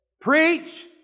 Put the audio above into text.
Preach